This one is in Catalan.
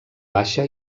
baixa